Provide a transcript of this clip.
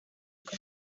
uko